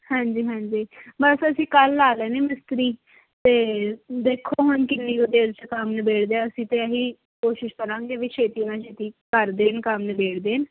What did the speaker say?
ਹਾਂਜੀ ਹਾਂਜੀ ਬਸ ਅਸੀਂ ਕੱਲ੍ਹ ਲਗਾ ਲੈਣੇ ਮਿਸਤਰੀ ਅਤੇ ਦੇਖੋ ਹੁਣ ਕਿੰਨੀ ਕੁ ਦੇਰ 'ਚ ਕੰਮ ਨਿਬੇੜਦੇ ਆ ਅਸੀਂ ਤਾਂ ਇਹ ਹੀ ਕੋਸ਼ਿਸ਼ ਕਰਾਂਗੇ ਵੀ ਛੇਤੀ ਨਾ ਛੇਤੀ ਕਰ ਦੇਣ ਕੰਮ ਨਿਬੇੜ ਦੇਣ